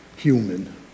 Human